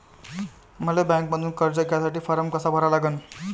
मले बँकेमंधून कर्ज घ्यासाठी फारम कसा भरा लागन?